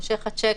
מושך הצ'ק.